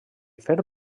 fer